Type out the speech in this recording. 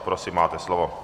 Prosím, máte slovo.